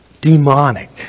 demonic